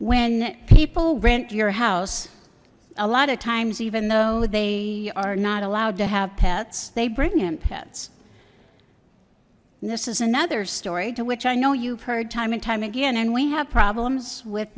when people rent your house a lot of times even though they are not allowed to have pets they bring in pets this is another story to which i know you've heard time and time again and we have problems with